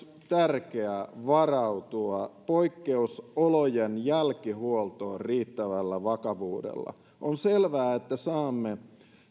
tärkeää varautua myös poikkeusolojen jälkihuoltoon riittävällä vakavuudella on selvää että saamme